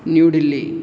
New Delhi